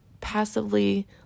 passively